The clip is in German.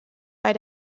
bei